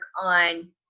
on